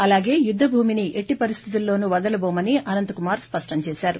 అలాగే యుద్దభూమిని ఎట్లిపరిస్టితుల్లోనూ వదలబోమని అనంతకుమార్ స్పష్టం చేశారు